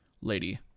lady